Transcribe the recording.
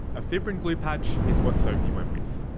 a fibrin glue patch is what sophie went with.